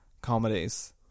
comedies